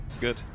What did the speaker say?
good